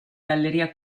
galleria